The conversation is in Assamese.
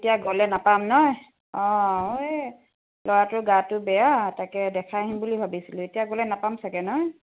এতিয়া গ'লে নাপাম ন' অঁ এই ল'ৰাটোৰ গাটো বে য়া তাকে দেখাই আহিম বুলি ভাবিছিলোঁ এতিয়া গ'লে নাপাম চাগে ন'